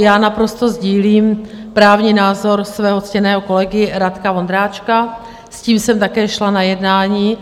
Já naprosto sdílím právní názor svého ctěného kolegy Radka Vondráčka, s tím jsem také šla na jednání.